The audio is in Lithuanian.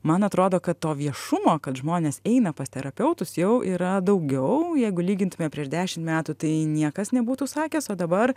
man atrodo kad to viešumo kad žmonės eina pas terapeutus jau yra daugiau jeigu lygintume prieš dešimt metų tai niekas nebūtų sakęs o dabar